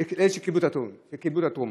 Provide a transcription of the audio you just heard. שקיבלו את התרומה.